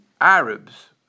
Arabs